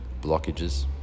blockages